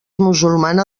musulmana